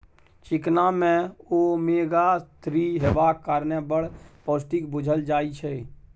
चिकना मे omega three हेबाक कारणेँ बड़ पौष्टिक बुझल जाइ छै